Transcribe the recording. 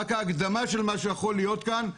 רק ההקדמה של מה שיכול להיות כאן.